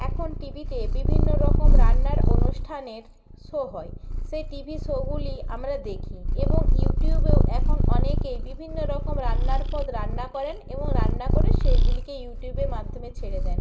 এখন টিভিতে বিভিন্ন রকম রান্নার অনুষ্ঠানের শো হয় সেই টিভি শোগুলি আমরা দেখি এবং ইউটিউবেও এখন অনেকেই বিভিন্ন রকম রান্নার পদ রান্না করেন এবং রান্না করে সেইগুলিকে ইউটিউবের মাধ্যমে ছেড়ে দেন